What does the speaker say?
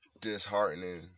disheartening